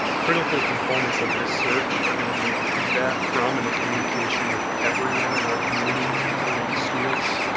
critical components of this search are gonna be the feedback from and the communication with everyone in our community including students,